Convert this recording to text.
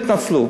תתנצלו.